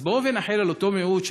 אז בואו ונחיל על אותו מיעוט,